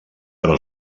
però